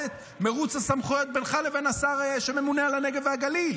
מרוץ הסמכויות בינך לבין השר שממונה על הנגב והגליל.